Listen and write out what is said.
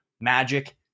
Magic